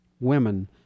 women